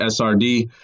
SRD